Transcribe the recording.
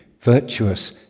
virtuous